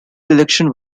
election